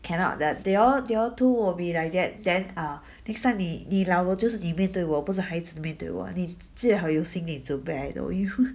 cannot that they all they all two will be like that then err next time 你你老了就是你面对我不是孩子面对我你最好有心理准备